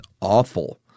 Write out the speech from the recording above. awful